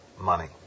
money